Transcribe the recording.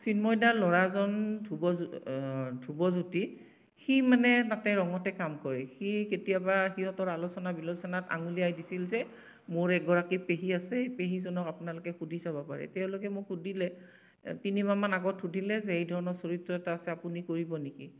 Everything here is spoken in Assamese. চিন্ময় দা ল'ৰাজন ধ্ৰুৱ ধ্ৰুৱজ্য়োতি সি মানে তাতে ৰঙতে কাম কৰে সি কেতিয়াবা সিহঁতৰ আলোচনা বিলোচনাত আঙুলিয়াই দিছিল যে মোৰ এগৰাকী পেহী আছে পেহীজনক আপোনালোকে সুধি চাব পাৰে তেওঁলোকে মোক সুধিলে তিনিমাহমান আগত সুধিলে যে এই ধৰণৰ চৰিত্ৰ এটা আছে আপুনি কৰিব নেকি